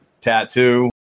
tattoo